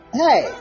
hey